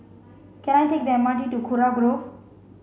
can I take the M R T to Kurau Grove